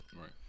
Right